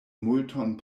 multon